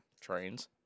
Trains